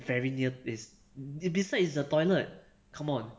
very near bes~ beside is the toilet come on